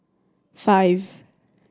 five